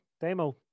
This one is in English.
Demo